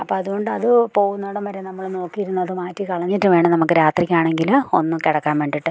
അപ്പം അത് കൊണ്ടത് പോകുന്നിടം വരെ നമ്മൾ നോക്കിയിരുന്നത് മാറ്റി കളഞ്ഞിട്ട് വേണം നമുക്ക് രാത്രിക്കാണെങ്കിൽ ഒന്നു കിടക്കാൻ വേണ്ടിയിട്ട്